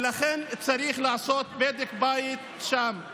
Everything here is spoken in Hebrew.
ולכן צריך לעשות בדק בית שם.